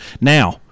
Now